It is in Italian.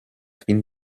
fin